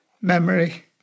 memory